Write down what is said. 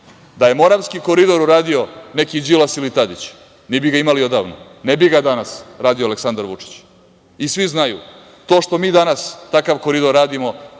Da je Moravski koridor uradio neki Đilas ili Tadić, mi bi ga imali odavno. Ne bi ga danas radio Aleksandar Vučić. Svi znaju, to što mi danas takav koridor radimo,